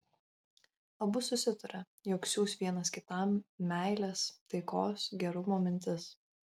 abu susitarė jog siųs vienas kitam meilės taikos gerumo mintis